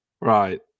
Right